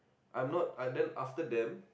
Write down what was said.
I'm not and then after them